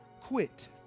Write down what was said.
quit